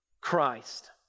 Christ